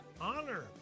honor